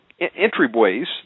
entryways